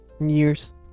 years